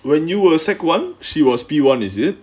when you were a sec one she was P one is it